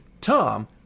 Tom